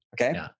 Okay